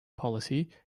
policy